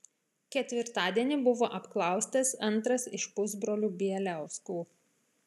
ketvirtadienį buvo apklaustas antras iš pusbrolių bieliauskų